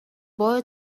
boy